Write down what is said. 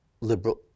liberal